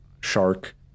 shark